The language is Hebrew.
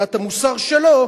מבחינת המוסר שלו,